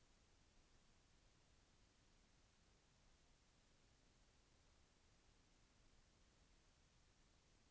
ఒక ట్రాక్టర్ కొనడానికి ప్రభుత్వం ఇచే సబ్సిడీ ఎంత?